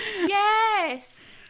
Yes